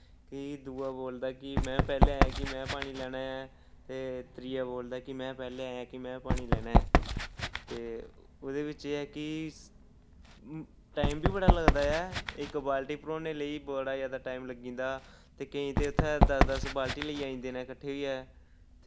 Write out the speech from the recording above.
कि दूआ बोलदा कि में पैह्लें आया कि में पानी लैना ऐ ते त्रिया बोलदा कि में पैह्लें आया कि में पानी लैना ऐ ते ओह्दे बिच्च एह् ऐ कि टाईम बी बड़ा लगदा ऐ इक बाल्टी भरोने लेई बड़ा जैदा टाईम लग्गी जंदा ते केईं ते उत्थै दस दस बाल्टी लेइयै आई जंदे न किट्ठे होइयै